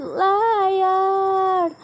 liar